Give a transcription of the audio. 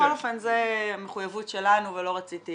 בכל אופן זו המחויבות שלנו ולא רציתי